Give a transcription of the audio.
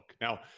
Now